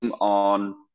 on